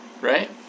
Right